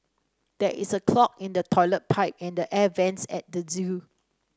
there is a clog in the toilet pipe and the air vents at the zoo